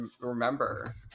remember